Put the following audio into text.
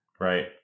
right